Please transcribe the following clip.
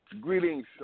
Greetings